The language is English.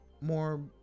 more